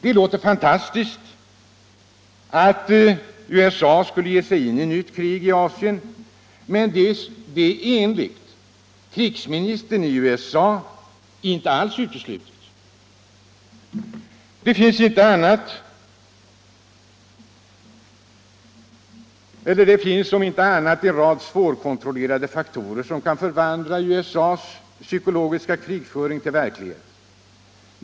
Det låter fantastiskt att USA skulle ge sig in i ett nytt krig i Asien, men detta är enligt krigsministern i USA inte alls otroligt. Det finns, om inte annat, en rad svårkontrollerade faktorer, som kan förvandla USA:s psykologiska krigföring till verklighet.